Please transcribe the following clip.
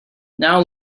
now